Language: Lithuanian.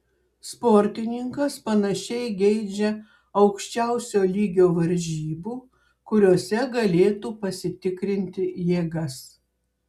sportininkas panašiai geidžia aukščiausio lygio varžybų kuriose galėtų pasitikrinti jėgas